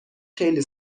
خیلی